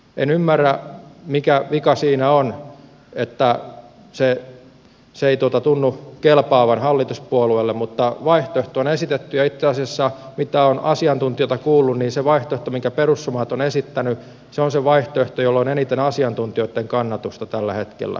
en ymmärrä mikä vika siinä on kun se ei tunnu kelpaavan hallituspuolueille mutta vaihtoehto on esitetty ja itse asiassa mitä olen asiantuntijoilta kuullut niin se vaihtoehto minkä perussuomalaiset ovat esittäneet on se vaihtoehto jolla on eniten asiantuntijoitten kannatusta tällä hetkellä tässä maassa